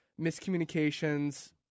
Miscommunications